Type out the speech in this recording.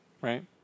right